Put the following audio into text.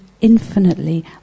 infinitely